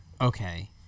Okay